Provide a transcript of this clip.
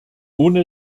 ohne